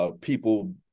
People